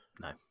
No